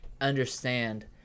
understand